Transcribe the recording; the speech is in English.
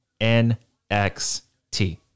NXT